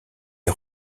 est